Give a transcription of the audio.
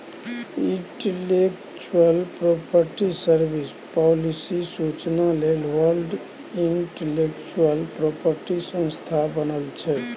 intellectual property service, policy सुचना लेल world intellectual property संस्था बनल छै